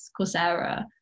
Coursera